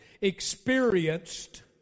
experienced